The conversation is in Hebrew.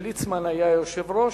כשליצמן היה יושב-ראש,